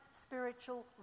spiritual